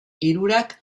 hirurak